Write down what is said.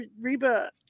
Reba